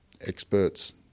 experts